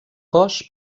cos